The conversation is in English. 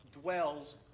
dwells